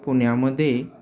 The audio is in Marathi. पुण्यामध्ये